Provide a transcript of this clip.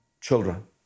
children